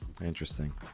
Interesting